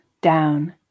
down